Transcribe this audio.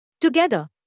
Together